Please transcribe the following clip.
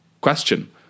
question